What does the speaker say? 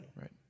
Right